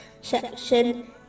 section